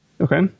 Okay